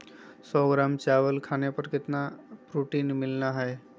सौ ग्राम चावल खाने पर कितना प्रोटीन मिलना हैय?